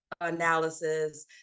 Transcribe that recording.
analysis